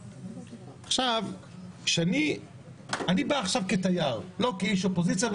עכשיו, אני בא עכשיו כתייר, לא כאיש אופוזיציה.